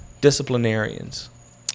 disciplinarians